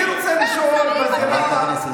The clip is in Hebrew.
תאפשרו לו לסיים,